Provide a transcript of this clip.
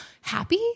happy